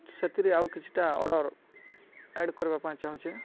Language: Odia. ସେଥିରେ ଆଉ କିଛିଟା ଅର୍ଡ଼ର ଆଡ଼୍ କରିବା ପାଇଁ ଚାହୁଁଛେ